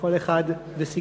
כל אחד וסגנונו,